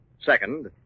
Second